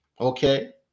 Okay